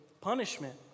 punishment